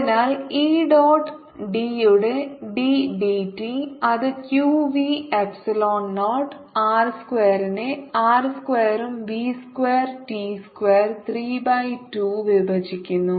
അതിനാൽ e dot ഡയുടെ d dt അത് q v epsilon naught R സ്ക്വയറിനെ R സ്ക്വയറും v square T square 3 by 2 വിഭജിക്കുന്നു